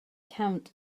count